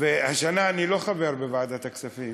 והשנה אני לא חבר בוועדת הכספים,